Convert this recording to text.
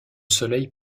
soleil